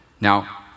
Now